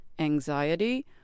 anxiety